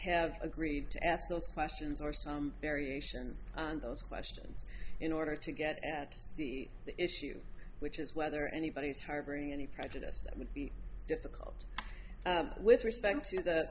have agreed to ask those questions or some variation and those questions in order to get at the issue which is whether anybody is harboring any prejudice that would be difficult with respect to th